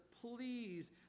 please